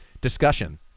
discussion